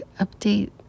update